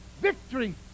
Victory